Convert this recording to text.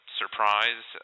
surprise